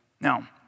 Now